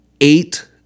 eight